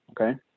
okay